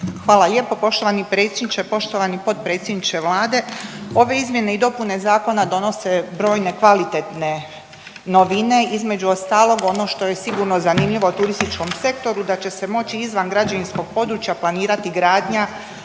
Hvala lijepo poštovani predsjedniče. Poštovani potpredsjedniče Vlade, ove izmjene i dopune Zakona donose brojne kvalitetne novine između ostalog ono što je sigurno zanimljivo turističkom sektoru da će se moći izvan građevinskog područja planirati gradnja